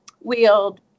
wield